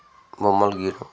బొమ్మలు గీయటం